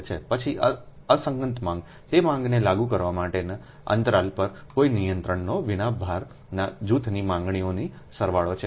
પછી અસંગત માંગ તે માંગને લાગુ કરવા માટેના અંતરાલ પર કોઈ નિયંત્રણો વિના ભારના જૂથની માંગણીઓનો સરવાળો છે